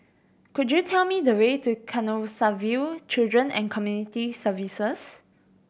could you tell me the way to Canossaville Children and Community Services